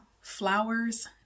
flowers